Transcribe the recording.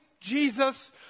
Jesus